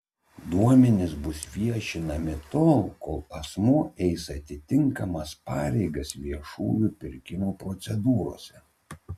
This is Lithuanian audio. duomenys bus viešinami tol kol asmuo eis atitinkamas pareigas viešųjų pirkimų procedūrose